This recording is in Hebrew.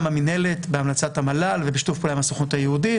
המינהלת בהמלצת המל"ל ובשיתוף פעולה עם הסוכנות היהודית,